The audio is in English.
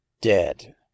Dead